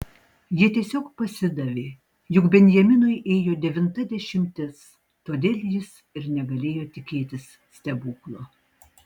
jie tiesiog pasidavė juk benjaminui ėjo devinta dešimtis todėl jis ir negalėjo tikėtis stebuklo